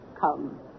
Come